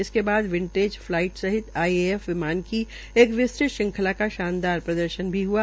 इसके बाद vintage flight सहित आई ए एफ विमान की एक विस्तृत श्रंखला का शानदार प्रदर्शन भी हुआ